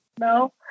No